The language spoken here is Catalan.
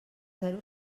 zero